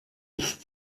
ist